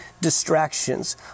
distractions